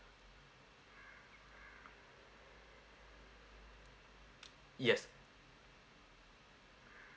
yes